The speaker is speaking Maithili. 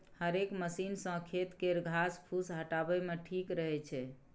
हेरेक मशीन सँ खेत केर घास फुस हटाबे मे ठीक रहै छै